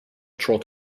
trot